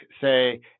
say